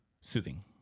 soothing